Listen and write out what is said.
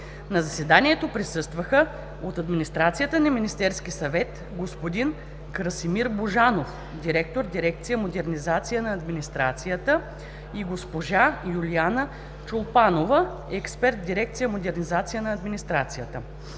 На заседанието присъстваха от администрацията на Министерския съвет: господин Красимир Божанов – директор дирекция „Модернизация на администрацията”, и госпожа Юлиана Чолпанова – експерт в дирекция „Модернизация на администрацията”.